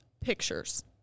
pictures